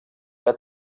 que